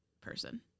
person